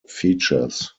features